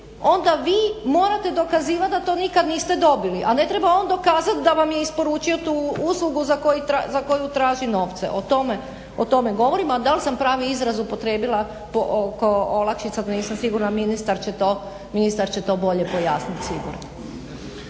onda vi morate dokazivati da to nikad niste dobili, a ne treba on dokazati da vam je isporučio tu uslugu za koju traži novce. O tome govorim, a dal sam pravi izraz upotrijebila oko olakšica to nisam sigurna, ministar će to bolje pojasniti sigurno.